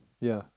ya